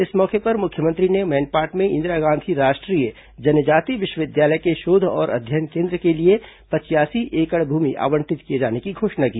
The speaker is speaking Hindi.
इस मौके पर मुख्यमंत्री ने मैनपाट में इंदिरा गांधी राष्ट्रीय जनजाति विश्वविद्यालय के शोध और अध्ययन केन्द्र के लिए पचयासी एकड़ भूमि आवंटित किए जाने की घोषणा की